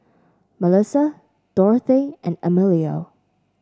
Malissa Dorthey and Emilio